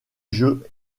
jeu